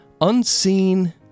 unseen